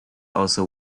also